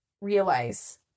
realize